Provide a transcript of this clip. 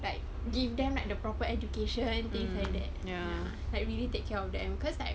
like give them like the proper education things like that ya like really take care of them cause like